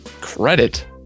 Credit